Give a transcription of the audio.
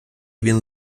він